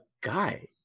guy